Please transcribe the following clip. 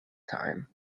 time